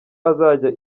azajya